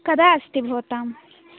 कदा अस्ति भवताम्